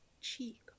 cheek